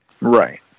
Right